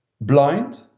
blind